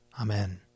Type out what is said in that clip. Amen